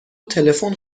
تلفن